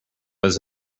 was